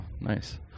nice